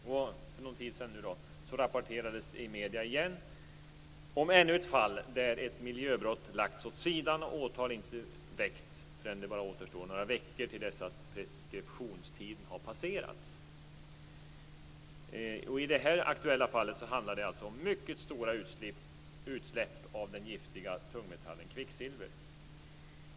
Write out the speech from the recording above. För någon tid sedan rapporterades det i medierna om ännu ett fall där ett miljöbrott lagts åt sidan och åtal inte väckts förrän det bara återstod några veckor till dess att preskriptionstiden passerats. I det aktuella fallet handlar det om mycket stora utsläpp av den giftiga tungmetallen kvicksilver.